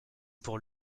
pour